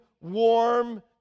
warm